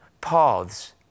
paths